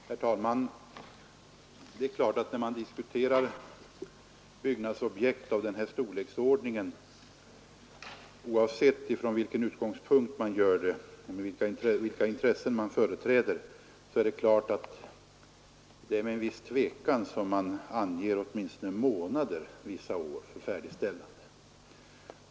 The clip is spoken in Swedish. Herr talman! När man diskuterar byggnadsobjekt av den här storleksordningen, oavsett från vilken utgångspunkt man gör det och vilka intressen man företräder, är det klart att det är med en viss tvekan som man anger åtminstone månader vissa år för färdigställandet.